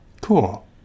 Cool